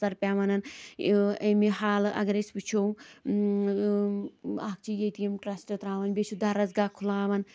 اثر پٮ۪وانن امہِ حالہِ اگر أسۍ وٕچھو اکھ چھِ یتیٖم ٹرسٹ تراوان بیٚیہِ چھِ درسگاہ کھُلاوان